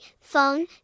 phone